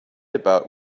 about